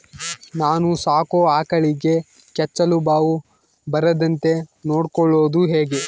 ನಾನು ಸಾಕೋ ಆಕಳಿಗೆ ಕೆಚ್ಚಲುಬಾವು ಬರದಂತೆ ನೊಡ್ಕೊಳೋದು ಹೇಗೆ?